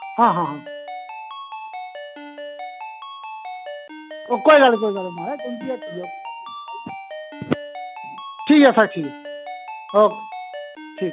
हां हां ओह् कोई गल्ल निं कोई गल्ल निं महाराज तुं'दी हट्टी ऐ ठीक ऐ सर ठीक ऐ ओके ठी